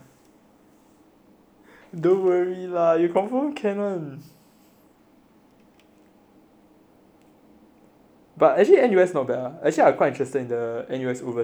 don't worry lah you confirm can [one]